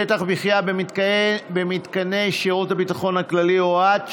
שטח מחיה במתקני שירות הביטחון הכללי) (הוראת שעה),